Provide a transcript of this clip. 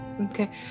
Okay